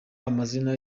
amazina